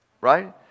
right